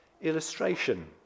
illustration